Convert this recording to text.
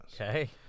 Okay